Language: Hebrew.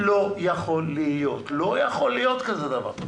לא יכול להיות דבר כזה.